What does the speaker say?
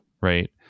Right